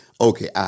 okay